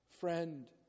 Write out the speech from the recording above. friend